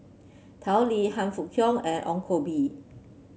Tao Li Han Fook Kwang and Ong Koh Bee